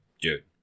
dude